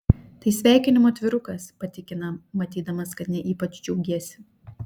tai sveikinimo atvirukas patikina matydamas kad ne ypač džiaugiesi